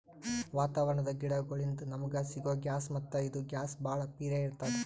ವಾತಾವರಣದ್ ಗಿಡಗೋಳಿನ್ದ ನಮಗ ಸಿಗೊ ಗ್ಯಾಸ್ ಮತ್ತ್ ಇದು ಗ್ಯಾಸ್ ಭಾಳ್ ಪಿರೇ ಇರ್ತ್ತದ